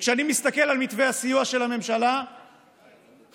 כשאני מסתכל על מתווה הסיוע של הממשלה, חברים,